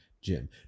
gym